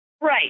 Right